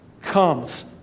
comes